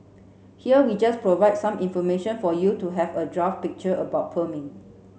here we just provide some information for you to have a draft picture about perming